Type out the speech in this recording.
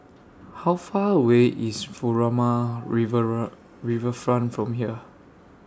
How Far away IS Furama Riverfront from here